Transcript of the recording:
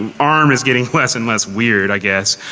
um arm is getting less and less weird, i guess,